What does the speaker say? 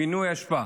פינוי אשפה.